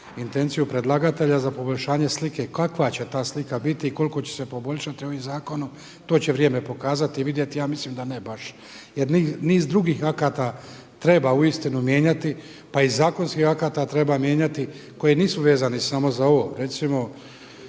intenciju predlagatelja za poboljšanje slike, kakva će ta slika biti i koliko će se poboljšati ovim zakonom, to će vrijeme pokazati i vidjeti. Ja mislim da ne baš jer niz drugih akata treba uistinu mijenjati pa i zakonskih akata treba mijenjati koji nisu vezani samo za ovo.